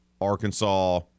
Arkansas